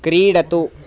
क्रीडतु